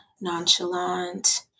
nonchalant